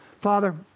Father